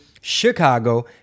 Chicago